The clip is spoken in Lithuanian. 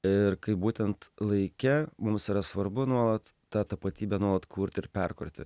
ir kaip būtent laike mums yra svarbu nuolat tą tapatybę nuolat kurt ir perkurti